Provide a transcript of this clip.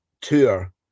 tour